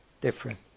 different